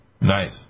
Nice